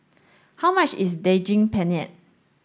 how much is Daging Penyet